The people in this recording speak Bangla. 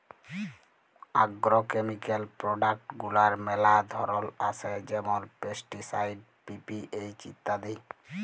আগ্রকেমিকাল প্রডাক্ট গুলার ম্যালা ধরল আসে যেমল পেস্টিসাইড, পি.পি.এইচ ইত্যাদি